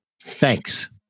Thanks